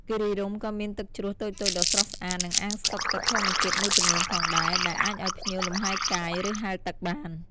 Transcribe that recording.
គិរីរម្យក៏មានទឹកជ្រោះតូចៗដ៏ស្រស់ស្អាត និងអាងស្តុកទឹកធម្មជាតិមួយចំនួនផងដែរ ដែលអាចឲ្យភ្ញៀវលំហែកាយ ឬហែលទឹកបាន។